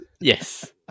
Yes